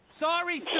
Sorry